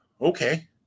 okay